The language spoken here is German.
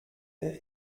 der